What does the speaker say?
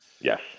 Yes